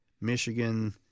Michigan